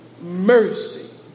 mercy